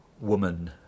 woman